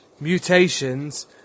mutations